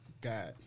God